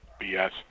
BS